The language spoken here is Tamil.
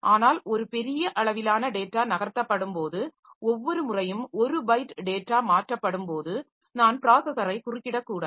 ஆனால் ஒரு பெரிய அளவிலான டேட்டா நகர்த்தப்படும்போது ஒவ்வொரு முறையும் 1 பைட் டேட்டா மாற்றப்படும் போது நான் ப்ராஸஸரை குறுக்கிடக்கூடாது